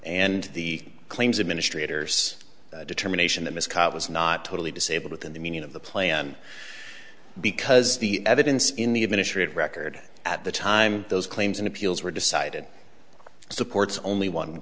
and the claims administrators determination that miss cobb was not totally disabled within the meaning of the plan because the evidence in the administrative record at the time those claims and appeals were decided supports only one